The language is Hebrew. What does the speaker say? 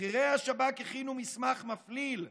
בכירי השב"כ הכינו מסמך מפליל,